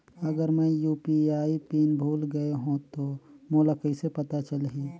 अगर मैं UPI PIN भुल गये हो तो मोला कइसे पता चलही?